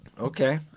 okay